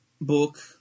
book